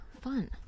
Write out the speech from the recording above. fun